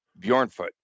Bjornfoot